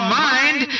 mind